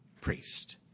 priest